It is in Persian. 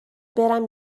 برم